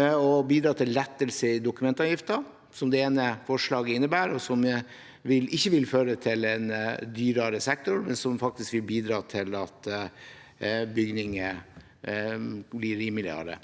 å bidra til lettelser i dokumentavgiften, som dette ene forslaget innebærer, og som ikke vil føre til en dyrere sektor, men som faktisk vil bidra til at bygninger blir rimeligere.